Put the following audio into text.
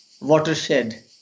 watershed